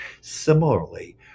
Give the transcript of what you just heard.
Similarly